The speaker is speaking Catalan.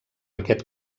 aquest